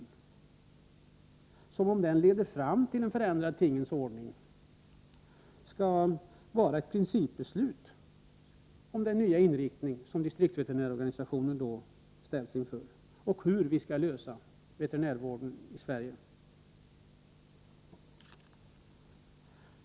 Om en sådan diskussion leder fram till att en förändring bör komma till stånd, skall man fatta ett principbeslut om den nya inriktning som distriktsveterinärorganisationen då ställs inför och om hur vi skall lösa frågan om veterinärvård i Sverige.